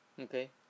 Okay